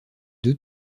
deux